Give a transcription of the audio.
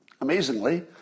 Amazingly